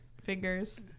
fingers